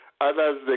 others